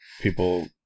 people